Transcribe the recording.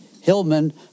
Hillman